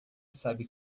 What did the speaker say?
sabe